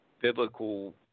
biblical